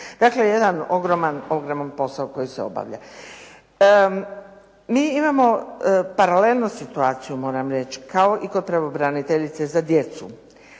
Dakle, jedan ogroman posao koji se obavlja. Mi imamo paralelno situaciju moram reći kao i kod pravobraniteljice za djecu.